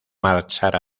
marchar